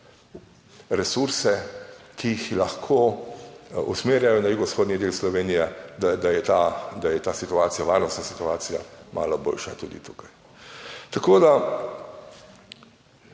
resurse, ki jih lahko usmerjajo na jugovzhodni del Slovenije, da je ta, da je ta situacija, varnostna situacija malo boljša tudi tukaj. Tako da,